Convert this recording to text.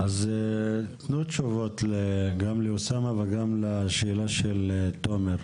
אז תנו תשובות גם לאוסאמה וגם לשאלה של תומר,